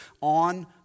on